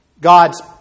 God's